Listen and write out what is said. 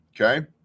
okay